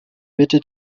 bitte